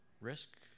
Risk